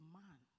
man